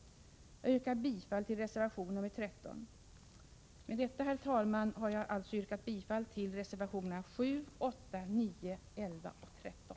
Jag yrkar bifall till reservation nr 13. Herr talman! Med detta yrkar jag alltså bifall till reservationerna 7, 8, 9, 11 och 13.